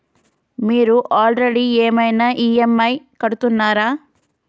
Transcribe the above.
మీరు ఆల్రెడీ ఏమైనా ఈ.ఎమ్.ఐ కడుతున్నారా?